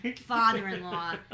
father-in-law